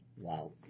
Wow